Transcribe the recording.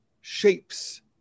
shapes